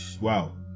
Wow